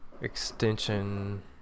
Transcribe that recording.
extension